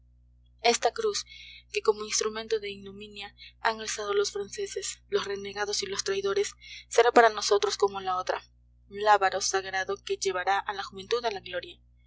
esta cruz que como instrumento de ignominia han alzado los franceses los renegados y los traidores será para nosotros como la otra lábaro sagrado que llevará a la juventud a la gloria